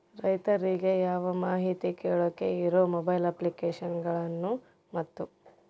ರೈತರಿಗೆ ಏನರ ಮಾಹಿತಿ ಕೇಳೋಕೆ ಇರೋ ಮೊಬೈಲ್ ಅಪ್ಲಿಕೇಶನ್ ಗಳನ್ನು ಮತ್ತು?